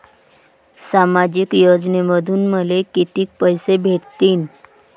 सामाजिक योजनेमंधून मले कितीक पैसे भेटतीनं?